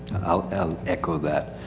i'll echo that.